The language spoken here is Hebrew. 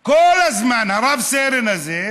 כל הזמן, הרב-סרן הזה,